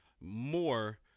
more